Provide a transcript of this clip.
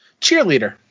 Cheerleader